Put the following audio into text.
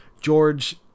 George